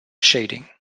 shading